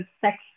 sex